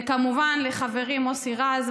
וכמובן לחברי מוסי רז.